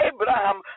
Abraham